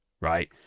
right